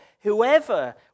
whoever